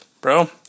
Bro